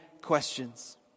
questions